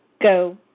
go